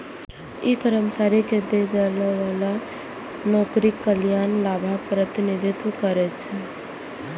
ई कर्मचारी कें देल जाइ बला नौकरीक कल्याण लाभक प्रतिनिधित्व करै छै